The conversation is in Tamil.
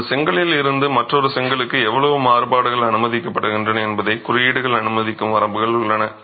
ஒரு செங்கலில் இருந்து மற்றொரு செங்கல்லுக்கு எவ்வளவு மாறுபாடுகள் அனுமதிக்கப்படுகின்றன என்பதை குறியீடுகள் அனுமதிக்கும் வரம்புகள் உள்ளன